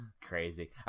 Crazy